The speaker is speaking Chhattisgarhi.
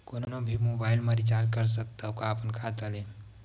कोनो भी मोबाइल मा रिचार्ज कर सकथव का अपन खाता ले?